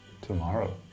Tomorrow